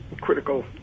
critical